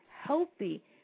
healthy